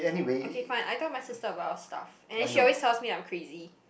okay fine I tell my sister a lot of stuff and then she always tell me that I'm crazy